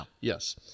Yes